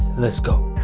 let's go